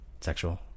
sexual